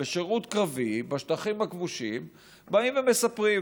בשירות קרבי בשטחים הכבושים באים ומספרים.